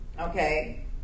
Okay